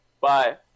Bye